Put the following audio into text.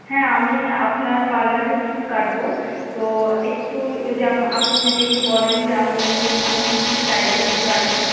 হ্যাঁ আমি আপনার পার্লারে চুল কাটবো তো একটু যদি আপনি যদি একটু বলেন যে আপনি ওখানে কি কি স্টাইলে চুল কাটেন